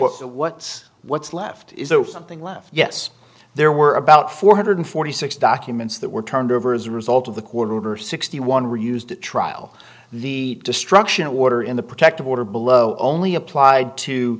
the what's what's left is something left yes there were about four hundred and forty six documents that were turned over as a result of the court order sixty one refused to trial the destruction order in the protective order below only applied to